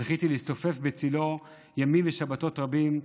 זכיתי להסתופף בצילו ימים ושבתות רבים.